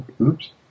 Oops